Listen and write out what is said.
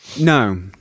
No